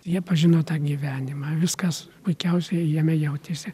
jie pažino tą gyvenimą viskas puikiausiai jame jautėsi